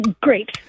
Great